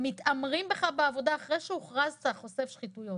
מתעמרים בך בעבודה לאחר שהוכרזת כחושף שחיתויות